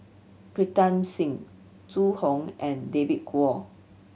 Pritam Singh Zhu Hong and David Kwo